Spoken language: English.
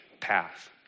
path